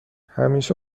همیشه